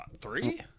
three